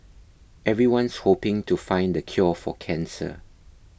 everyone's hoping to find the cure for cancer